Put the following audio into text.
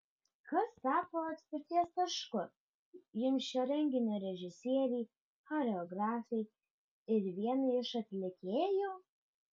kas tapo atspirties tašku jums šio renginio režisierei choreografei ir vienai iš atlikėjų